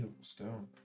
stone